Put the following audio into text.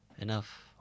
enough